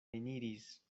eniris